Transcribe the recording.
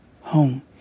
home